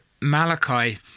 Malachi